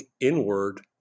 inward